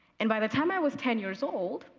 and by the time i was ten years old,